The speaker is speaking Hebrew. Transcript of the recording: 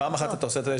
פעם אחת אתה עושה את זה,